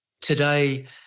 today